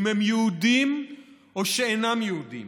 אם הם יהודים או שאינם יהודים,